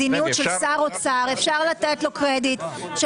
מדיניות של שר אוצר ואפשר לתת לו קרדיט של